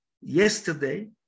Yesterday